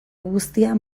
guztia